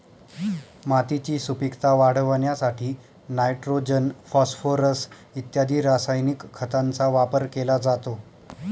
मातीची सुपीकता वाढवण्यासाठी नायट्रोजन, फॉस्फोरस इत्यादी रासायनिक खतांचा वापर केला जातो